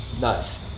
Nice